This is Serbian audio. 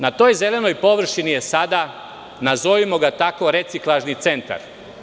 Na toj zelenoj površini je sada nazovimo ga tako reciklažni centar.